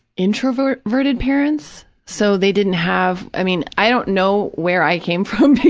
introverted parents, so they didn't have, i mean, i don't know where i came from because